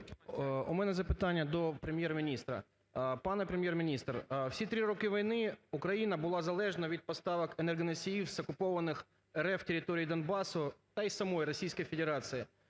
У мене запитання до Прем'єр-міністра. Пане Прем'єр-міністре, всі 3 роки війни Україна була залежна від поставок енергоносіїв з окупованих РФ територій Донбасу та і самої Російської Федерації.